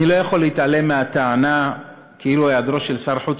אני לא יכול להתעלם מהטענה כאילו היעדרו של שר חוץ